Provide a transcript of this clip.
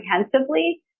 comprehensively